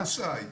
לא 'שי',